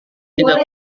tidak